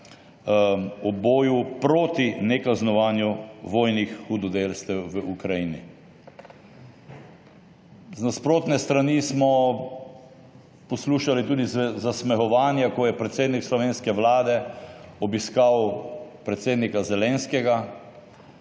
o boju proti nekaznovanju vojnih hudodelstev v Ukrajini. Z nasprotne strani smo poslušali tudi zasmehovanje, ko je predsednik slovenske Vlade obiskal predsednika Zelenskega.